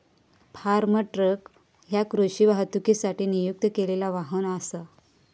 form truck ह्या कृषी वाहतुकीसाठी नियुक्त केलेला वाहन असा